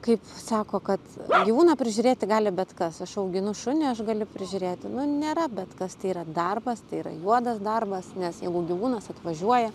kaip sako kad gyvūną prižiūrėti gali bet kas aš auginu šunį aš galiu prižiūrėti nu nėra bet kas tai yra darbas tai yra juodas darbas nes jeigu gyvūnas atvažiuoja